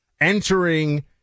entering